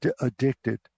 addicted